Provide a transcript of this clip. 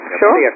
sure